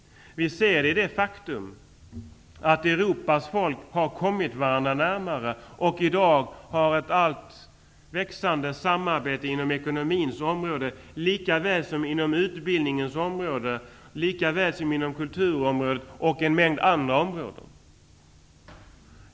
Vi ser det i det faktum att Europas folk har kommit varandra närmare. I dag har man ett växande samarbete på ekonomins område likaväl som på utbildningens, kulturens och en mängd andra områden.